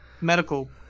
medical